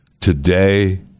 today